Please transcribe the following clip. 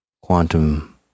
Quantum